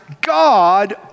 God